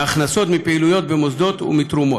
מהכנסות מפעילויות במוסדות ומתרומות.